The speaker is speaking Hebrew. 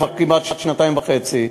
כבר כמעט שנתיים וחצי.